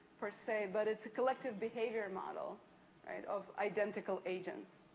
per se, but it's a collective behavior model of identical agents.